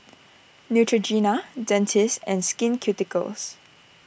Neutrogena Dentiste and Skin Ceuticals